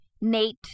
Nate